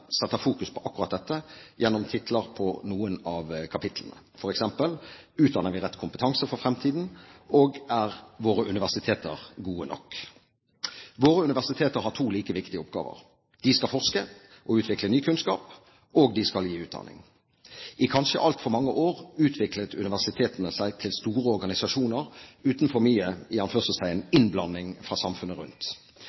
setter fokus på akkurat dette gjennom tittelen på noen av kapitlene, f.eks.: «Utdanner vi rett kompetanse for framtida?» og «Er norske universiteter gode nok?». Våre universiteter har to like viktige oppgaver: De skal forske og utvikle ny kunnskap, og de skal gi utdanning. I kanskje altfor mange år utviklet universitetene seg til store organisasjoner uten for mye